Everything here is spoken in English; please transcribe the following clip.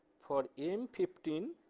for m fifteen